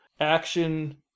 action